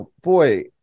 Boy